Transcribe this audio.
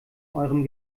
eurem